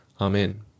Amen